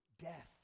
death